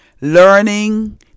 learning